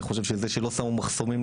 אני חושב שזה שלא שמו מחסומים,